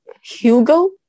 Hugo